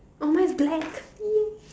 oh mine is black